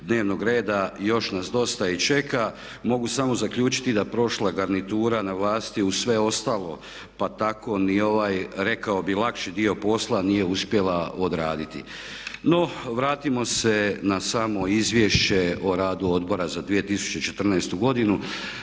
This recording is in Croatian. dnevnog reda još nas dosta i čeka. Mogu samo zaključiti da prošla garnitura na vlasti uz sve ostalo pa tako ni ovaj rekao bih lakši dio posla nije uspjela odraditi. No, vratimo se na samo Izvješće o radu Odbora za 2014. godinu.